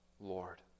Lord